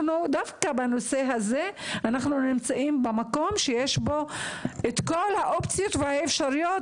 דווקא בנושא הזה אנחנו נמצאים במקום שיש בו את כל האופציות והאפשריות,